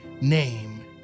name